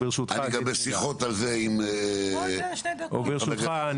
אני גם בשיחות על זה -- וברשותך אני